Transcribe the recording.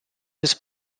his